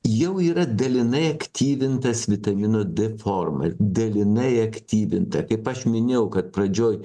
jau yra dalinai aktyvintas vitamino d forma dalinai aktyvinta kaip aš minėjau kad pradžioj